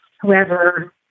whoever